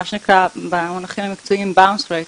מה שנקרא במונחים המקצועיים bounce rate,